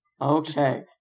Okay